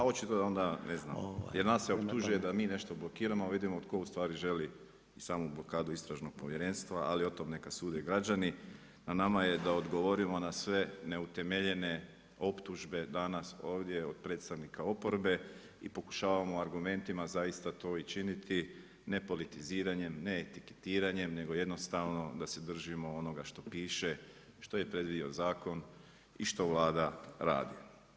A očito onda, ne znam, jer nas se optužuje da mi nešto … vidimo tko ustvari želi i samo blokadu istražnog povjerenstva ali o tom neka sude građani, na nama je da odgovorimo na sve neutemeljene optužbe danas ovdje od predstavnika oporbe i pokušavamo argumentima zaista to i činiti ne politiziranjem, ne etiketiranjem nego jednostavno da se držimo onoga što piše, što je predvidio zakon i što Vlada radi.